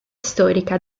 storica